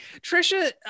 Trisha